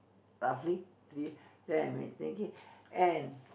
roughly three ten I think in and